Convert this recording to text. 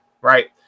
right